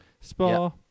Spa